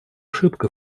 ошибка